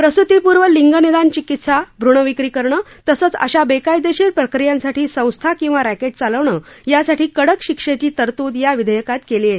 प्रसूतीपूर्व लिंगनि ान चिकित्सा भ्रणविक्री करणं तसंच अशा बेकाय शीर प्रक्रियांसाठी संस्था किंवा रॅकेट चालवणं यासाठी कडक शिक्षेची तरतू या विधेयकात केली आहे